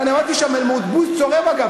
ואני עמדתי שם אל מול, בוז צורם, אגב.